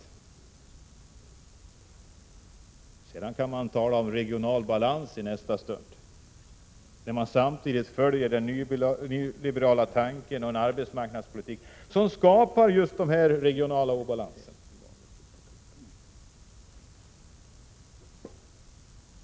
I nästa stund kan man tala om regional balans — samtidigt som man följer den nyliberala tanken på en arbetsmarknadspolitik som skapar just dessa regionala obalanser.